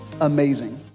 amazing